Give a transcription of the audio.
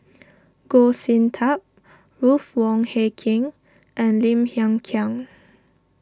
Goh Sin Tub Ruth Wong Hie King and Lim Hng Kiang